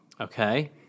Okay